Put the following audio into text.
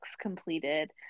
completed